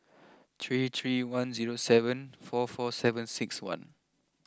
three three one zero seven four four seven six one